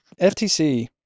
FTC